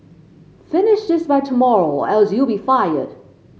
finish this by tomorrow or else you'll be fired